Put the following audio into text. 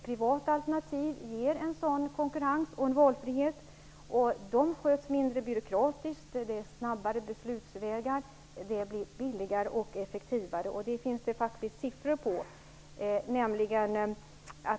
Privata alternativ ger en sådan konkurrens och valfrihet, de sköts mindre byråkratiskt, de har snabbare beslutsvägar och det blir billigare och effektivare. Det finns det faktiskt siffror på.